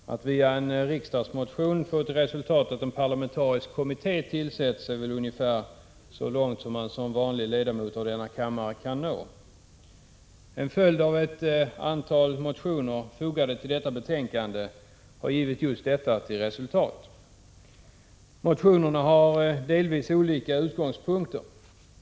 Fru talman! Att via en riksdagsmotion nå resultatet att en parlamentarisk kommitté tillsätts är väl ungefär så långt som man som vanlig ledamot av denna kammare kan nå. Just detta resultat har blivit följden av ett antal motioner som behandlas i detta betänkande. Motionerna har delvis olika utgångspunkter.